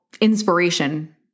inspiration